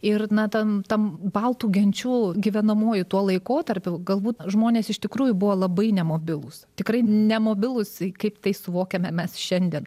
ir na ten tam baltų genčių gyvenamuoju tuo laikotarpiu galbūt žmonės iš tikrųjų buvo labai nemobilūs tikrai nemobilūs kaip tai suvokiame mes šiandien